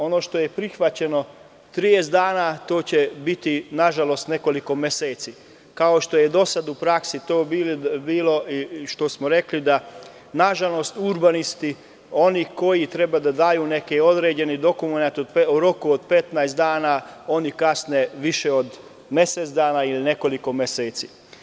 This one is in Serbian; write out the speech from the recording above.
Ono što je prihvaćeno 30 dana to će biti nažalost nekoliko meseci, kao što je do sada u praksi to bilo i što smo rekli da urbanisti, oni koji treba da daju određeni dokument u roku od 15 dana kasne više od mesec dana ili nekoliko meseci.